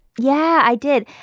yeah, i did.